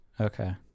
okay